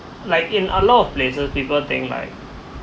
like in a lot of places people think like